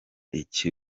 iki